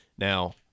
Now